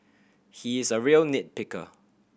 he is a real nit picker